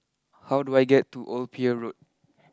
how do I get to Old Pier Road